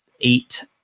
eight